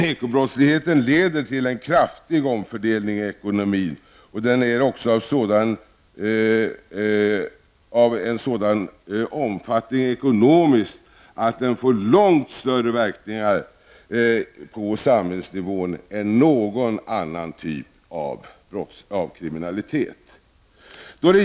Ekobrottsligheten leder till en kraftig omfördelning i ekonomin, och den är också av en sådan omfattning ekonomiskt att den får långt större verkningar på samhällsnivån än någon annan typ av kriminalitet.